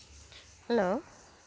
hello